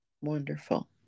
wonderful